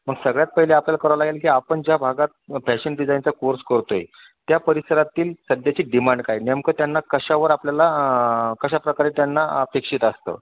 मग सगळ्यात पहिले आपल्याला करावं लागेल की आपण ज्या भागात फॅशन डिझाईनचा कोर्स करत आहे त्या परिसरातील सध्याची डिमांड काय नेमकं त्यांना कशावर आपल्याला कशाप्रकारे त्यांना अपेक्षित असतं